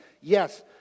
Yes